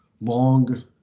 long